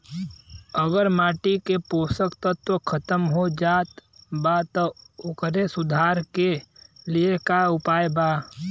अगर माटी के पोषक तत्व खत्म हो जात बा त ओकरे सुधार के लिए का उपाय बा?